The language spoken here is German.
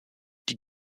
die